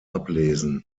ablesen